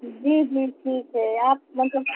جی جی ٹھیک ہے آپ مطلب